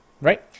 right